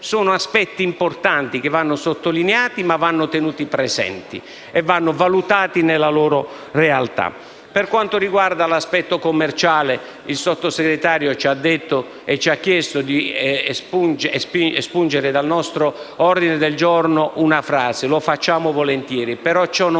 Sono aspetti importanti che vanno sottolineati, tenuti presenti e valutati nella loro realtà. Per quanto riguarda l'aspetto commerciale, il Sottosegretario ci ha chiesto di espungere dal nostro ordine del giorno una frase. Lo facciamo volentieri, ma ciò non